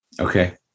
Okay